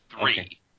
Three